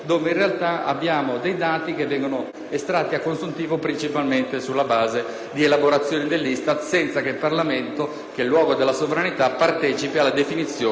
estratti a consuntivo principalmente sulla base di elaborazioni dell'ISTAT, senza che il Parlamento, che è il luogo della sovranità, partecipi alla definizione dei dati stessi.